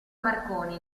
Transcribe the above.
marconi